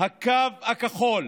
הקו הכחול,